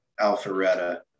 Alpharetta